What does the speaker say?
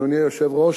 אדוני היושב-ראש,